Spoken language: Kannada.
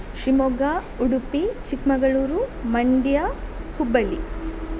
ಶಿವಮೊಗ್ಗ ಉಡುಪಿ ಚಿಕ್ಕಮಗಳೂರು ಮಂಡ್ಯ ಹುಬ್ಬಳ್ಳಿ